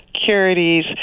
Securities